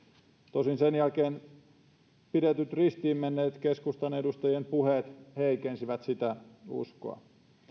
tosin sen jälkeen pidetyt ristiin menneet keskustan edustajien puheet heikensivät sitä uskoa